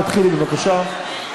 תתחילי בבקשה.